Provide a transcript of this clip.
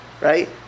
Right